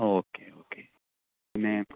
okay okay പിന്നെ